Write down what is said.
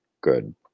good